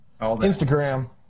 Instagram